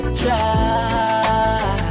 try